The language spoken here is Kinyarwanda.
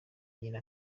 nyina